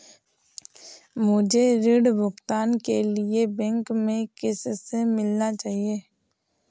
मुझे ऋण भुगतान के लिए बैंक में किससे मिलना चाहिए?